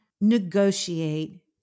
negotiate